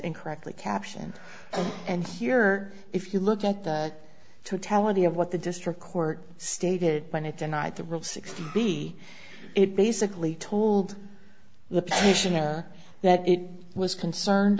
incorrectly caption and here if you look at the totality of what the district court stated when it denied the real sixty be it basically told the patient that it was concerned